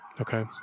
okay